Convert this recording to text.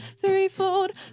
threefold